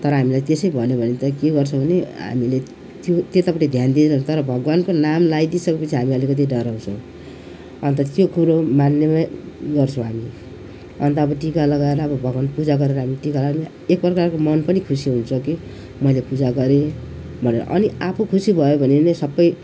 तर हामीलाई त्यसै भन्यो भने त के गर्छौँ भने हामीले त्यो त्यतापट्टि ध्यान दिएनौँ तर भगवानको नाम लगाइदिई सकेपछि हामी अलिकति डराउँछौँ अन्त त्यो कुरो मान्नेमै गर्छौँ हामी अन्त अब टिका लगाएर अब भगवानको पूजा गरेर हामी टिका लगाउने एक प्रकारको मन पनि खुसी हुन्छ कि मैले पूजा गरेँ भनेर अनि आफू खुसी भयो भने नै सबै